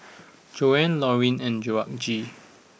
Joanie Loreen and Georgette